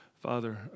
Father